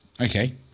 Okay